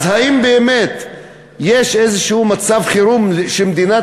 האם באמת יש איזה מצב חירום שמדינת